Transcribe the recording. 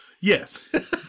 Yes